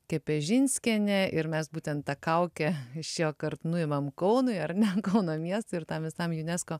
kepežinskienė ir mes būtent tą kaukę šiuokart nuimam kaunui ar ne kauno miestui ir tam visam unesco